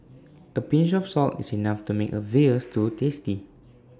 A pinch of salt is enough to make A Veal Stew tasty